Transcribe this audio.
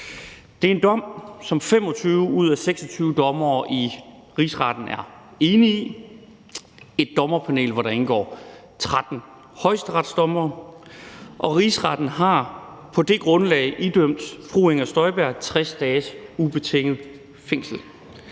Det er en dom, som 25 ud af 26 dommere i Rigsretten er enige i, og det er et dommerpanel, hvori indgår 13 højesteretsdommere, og Rigsretten har på det grundlag idømt fru Inger Støjberg 60 dages ubetinget fængsel.